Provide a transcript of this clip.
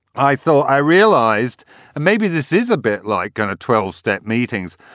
i thought i realised maybe this is a bit like going to twelve step meetings.